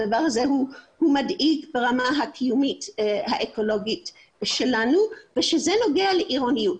הדבר הזה מדאיג ברמה הקיומית האקולוגית שלנו וזה נוגע לעירוניות.